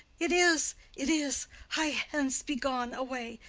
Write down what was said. it is, it is! hie hence, be gone, away!